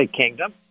kingdom